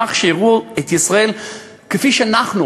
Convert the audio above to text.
כך שיראו את ישראל כפי שאנחנו